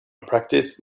practice